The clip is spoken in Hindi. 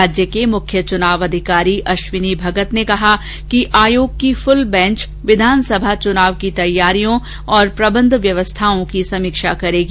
राज्य के मुख्य चुनाव अधिकारी अश्विनी भगत ने कहा कि आयोग की फूल बैंच विधानसभा चुनाव की तैयारियों और प्रबंध व्यवस्थाओं की समीक्षा करेगी